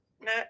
No